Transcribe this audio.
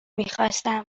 میخواستم